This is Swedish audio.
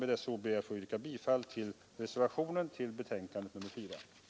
Med dessa ord ber jag att få yrka bifall till den till civilutskottets betänkande nr 4 fogade reservationen.